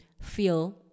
feel